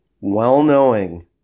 well-knowing